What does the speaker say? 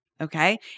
okay